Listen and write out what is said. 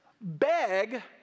beg